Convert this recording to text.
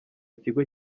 kigo